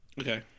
Okay